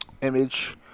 image